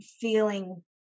feeling